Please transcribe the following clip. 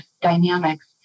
dynamics